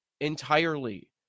entirely